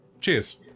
cheers